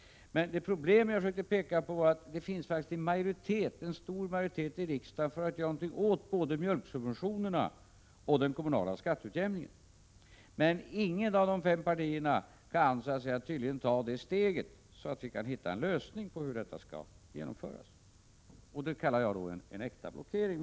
Men det problem jag försökte peka på var att det faktiskt finns en stor majoritet i riksdagen för att göra någonting åt både mjölksubventionerna och den kommunala skatteutjämningen. Men inget av de fem partierna kan tydligen ta det steg som behövs för att vi skall kunna hitta en lösning på hur detta skall genomföras. Det kallar jag en äkta blockering.